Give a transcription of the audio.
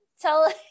tell